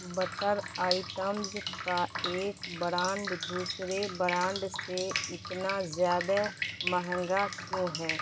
butter items کا ایک brand دوسرے برانڈ سے اتنا زیادہ مہنگا کیوں ہیں